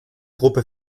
gruppe